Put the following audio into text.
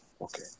Okay